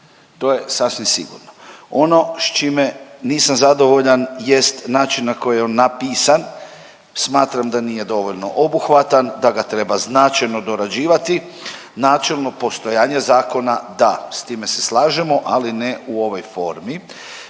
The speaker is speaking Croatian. To je sasvim sigurno. Ono s čime nisam zadovoljan jest način na koji je on napisan. Smatram da nije dovoljno obuhvatan, da ga treba značajno dorađivati. Načelno postojanje zakona da, s time se slažemo ali ne u ovoj formi.